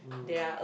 mm